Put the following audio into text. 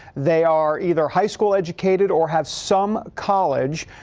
they are either high school educated or have some college.